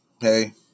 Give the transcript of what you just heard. hey